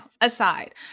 aside